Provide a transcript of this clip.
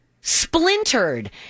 splintered